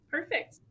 Perfect